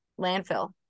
landfill